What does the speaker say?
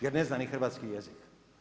Jer ne zna ni hrvatski jezik.